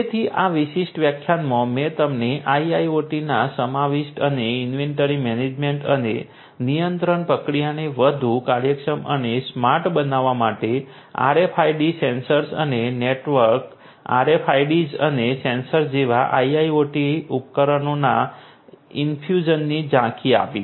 તેથી આ વિશિષ્ટ વ્યાખ્યાનમાં મેં તમને IIoT ના સમાવિષ્ટ અને ઇન્વેન્ટરી મેનેજમેન્ટ અને નિયંત્રણ પ્રક્રિયાને વધુ કાર્યક્ષમ અને સ્માર્ટ બનાવવા માટે RFID સેન્સર્સ અને નેટવર્ક RFIDs અને સેન્સર્સ જેવા IIoT ઉપકરણોના ઇન્ફ્યુઝની ઝાંખી આપી છે